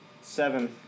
seven